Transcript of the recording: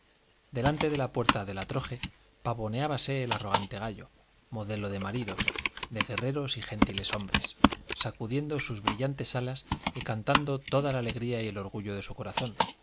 delante de la puerta de la troje pavoneábase el arrogante gallo modelo de maridos de guerreros y gentileshombres sacudiendo sus brillantes alas y cantando toda la alegría y el orgullo de su corazón